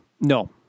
no